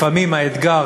לפעמים האתגר,